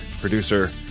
producer